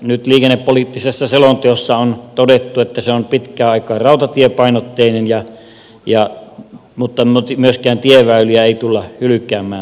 nyt liikennepoliittisessa selonteossa on todettu että se on pitkään aika rautatiepainotteinen mutta myöskään tieväyliä ei tulla hylkäämään